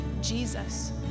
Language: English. Jesus